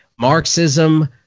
Marxism